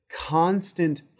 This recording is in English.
constant